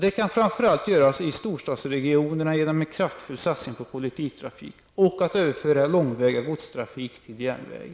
Det kan framför allt göras i storstadsregionerna genom en kraftig satsning på kollektivtrafik och genom att överföra långväga godstrafik till järnväg.